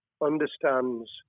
understands